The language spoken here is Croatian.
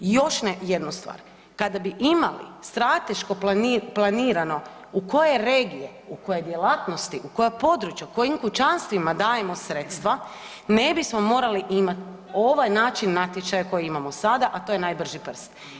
Još jednu stvar kada bi imali strateško planirano u koje regije, u koje djelatnosti, u koja područja, u kojim kućanstvima dajemo sredstva ne bismo morali imati ovaj način natječaja koji imamo sada, a to je najbrži prst.